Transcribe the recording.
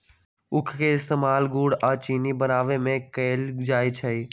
उख के इस्तेमाल गुड़ आ चिन्नी बनावे में कएल जाई छई